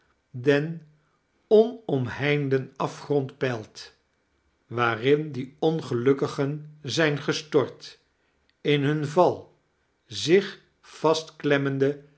den onomheinden afgrond peilt waarin die ongelukkigen zijn gestort in iran val zich